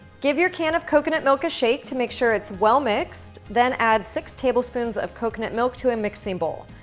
give your can of coconut milk a shake to make sure it's well mixed, then add six tablespoons of coconut milk to a mixing bowl.